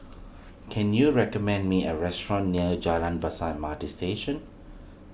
can you recommend me a restaurant near Jalan Besar M R T Station